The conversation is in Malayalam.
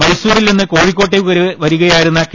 മൈസൂരിൽ നിന്ന് കോഴിക്കോട്ടേക്ക് വരികയായിരുന്ന കെ